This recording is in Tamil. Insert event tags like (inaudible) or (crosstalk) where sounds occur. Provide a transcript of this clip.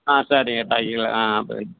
ஆ சரிங்க டையில் ஆ (unintelligible)